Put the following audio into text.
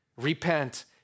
repent